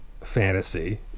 fantasy